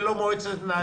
ללא מועצת מנהלים.